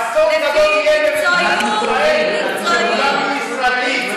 אסון גדול יהיה במדינת ישראל שכולנו ישראלים,